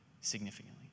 significantly